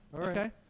Okay